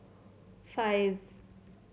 five